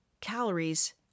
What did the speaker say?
calories